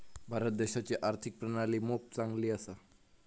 भारत देशाची आर्थिक प्रणाली मोप चांगली असा